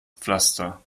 pflaster